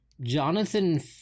Jonathan